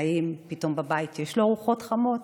האם פתאום בבית יש לו ארוחות חמות?